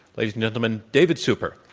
ladies and gentlemen, david super.